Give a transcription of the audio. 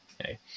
okay